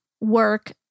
work